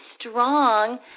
strong